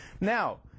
Now